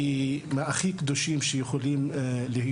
אלה המקומות הקדושים ביותר.